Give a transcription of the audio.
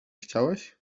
chciałeś